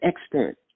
expert